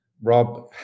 Rob